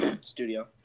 studio